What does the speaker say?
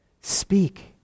Speak